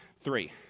three